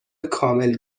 کامل